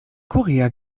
korea